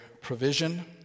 provision